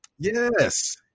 Yes